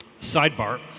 Sidebar